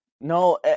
No